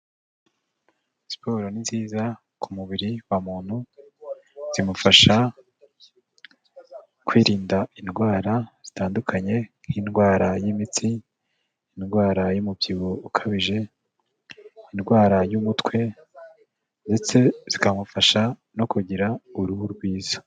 Siporo ni nziza ku mubiri wa muntu, zimufasha kwirinda indwara zitandukanye, nk'indwara y'imitsi, indwara y'umubyibuho ukabije, indwara y'umutwe, ndetse zikamufasha no kugira uruhu rwiza.